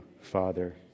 Father